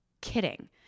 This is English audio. kidding